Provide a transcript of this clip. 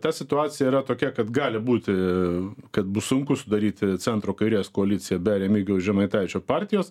ta situacija yra tokia kad gali būti kad bus sunku sudaryti centro kairės koaliciją be remigijaus žemaitaičio partijos